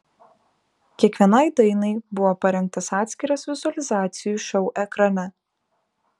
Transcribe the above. kiekvienai dainai buvo parengtas atskiras vizualizacijų šou ekrane